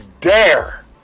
dare